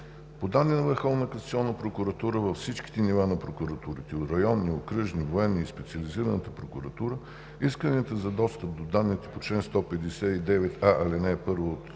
По данни на Върховната касационна прокуратура във всички нива на прокуратурите – районни, окръжни, военни и Специализираната прокуратура, исканията за достъп до данни по чл. 159а, ал. 1 от